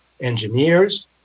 engineers